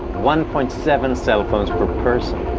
one-point-seven cell phones per person.